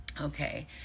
Okay